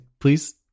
Please